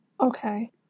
Okay